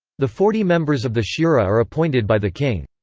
the forty members of the shura are appointed by the king.